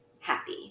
happy